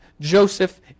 Joseph